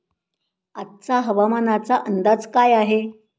आजचा हवामानाचा अंदाज काय आहे?